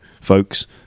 folks